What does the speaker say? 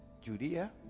Judea